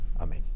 Amen